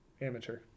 amateur